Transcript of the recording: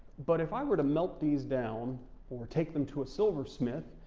but if i were to melt these down or take them to a silversmith,